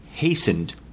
Hastened